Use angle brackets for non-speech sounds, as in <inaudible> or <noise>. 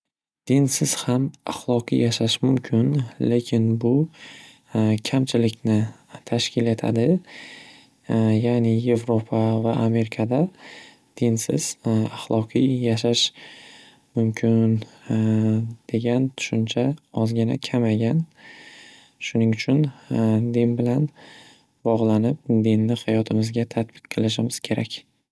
Dinsiz ham ahloqiy yashash mumkin. Lekin bu <hesitation> kamchilikni tashkil etadi. <hesitation> Ya'ni Yevropa va Amerikada dinsiz <hesitation> ahloqiy yashash mumkun <hesitation> degan tushuncha ozgina kamaygan. Shuning uchun <hesitation> din bilan bog'lanib, dinni hayotimizga tadbiq qilishimiz kerak.